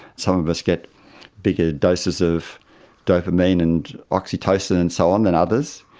some of us get bigger doses of dopamine and oxytocin and so on than others.